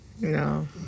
No